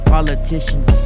Politicians